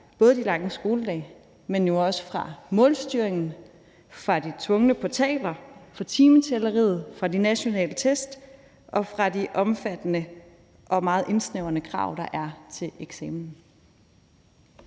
både de lange skoledage, men jo også fra målstyringen, fra de tvungne portaler, fra timetælleriet, fra de nationale test og fra de omfattende og meget indsnævrende krav, der er til eksamen.